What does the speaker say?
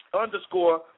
underscore